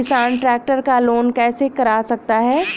किसान ट्रैक्टर का लोन कैसे करा सकता है?